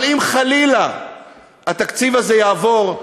אבל אם חלילה התקציב הזה יעבור,